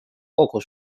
kogu